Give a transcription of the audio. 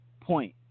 point